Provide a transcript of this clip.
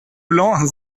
blanc